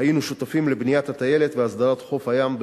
היינו שותפים לבניית הטיילת ולהסדרת חוף הים.